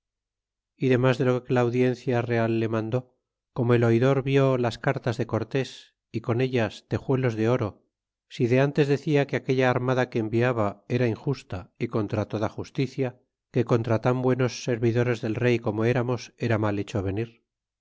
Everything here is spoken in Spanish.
e demás de lo que la audiencia real le mandó como el oidor vió las cartas de cortés y con ellas tejuelos de oro si de ntes decia que aquella armada que enviaba era injusta y contra toda justicia que contra tan buenos servidores del rey como eramos era mal hecho venir